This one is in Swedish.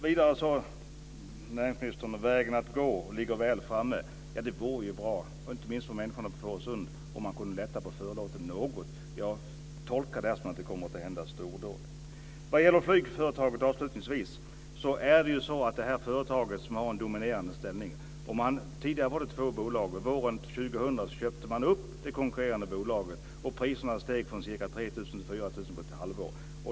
Vidare sade näringsministern: Vägen att gå ligger väl framme. Det vore ju bra, inte minst för människorna på Fårösund, om man kunde lätta på förlåten något. Jag tolkar det som att det kommer att hända stordåd. Avslutningsvis till flygföretaget. Det är ju så att företaget har en dominerande ställning. Tidigare var det två bolag. Våren 2000 köpte man upp det konkurrerande bolaget. Priserna steg från ca 3 000 kr till 4 000 kr på ett halvår.